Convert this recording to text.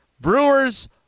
Brewers